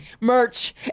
Merch